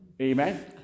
Amen